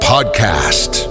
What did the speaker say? podcast